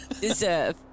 deserve